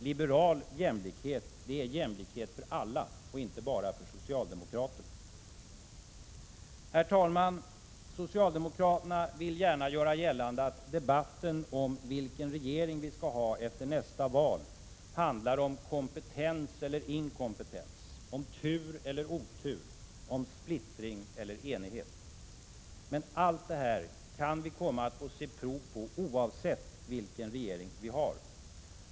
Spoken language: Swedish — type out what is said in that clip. Liberal jämlikhet är jämlikhet för alla, inte bara för socialdemokrater. Herr talman! Socialdemokraterna vill gärna göra gällande att debatten om vilken regering vi skall ha efter nästa val handlar om kompetens eller inkompetens, tur eller otur, splittring eller enighet. Men allt detta kan vi komma att få se prov på, oavsett vilken regering vi har.